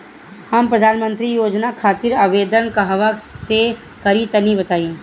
हम प्रधनमंत्री योजना खातिर आवेदन कहवा से करि तनि बताईं?